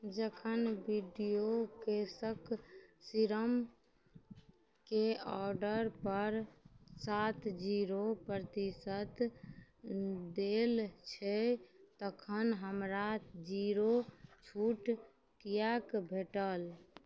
जखन वीडिओके सक सिरमके ऑडरपर सात जीरो प्रतिशत देल छै तखन हमरा जीरो छूट किएक भेटल